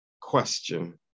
question